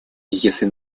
если